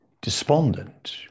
despondent